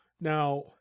now